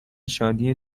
شادی